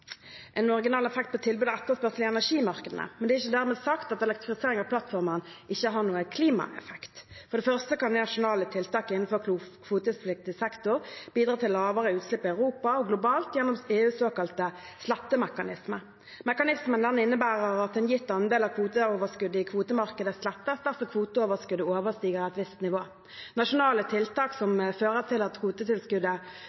marginal effekt på tilbud og etterspørsel i energimarkedene, men det er ikke dermed sagt at elektrifisering av plattformene ikke har noen klimaeffekt. For det første kan nasjonale tiltak innenfor kvotepliktig sektor bidra til lavere utslipp i Europa og globalt gjennom EUs såkalte slettemekanisme. Mekanismen innebærer at en gitt andel av kvoteoverskuddet i kvotemarkedet slettes dersom kvoteoverskuddet overstiger et visst nivå. Nasjonale tiltak